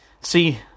see